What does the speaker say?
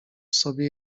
sobie